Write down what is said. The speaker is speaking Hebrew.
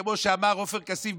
כמו שאמר עופר כסיף,